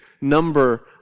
number